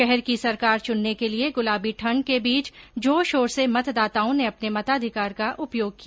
शहर की सरकार चुनने के लिये गुलाबी ठंड के बीच जोर शोर से मतदाताओं ने अपने मताधिकार का उपयोग किया